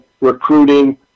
recruiting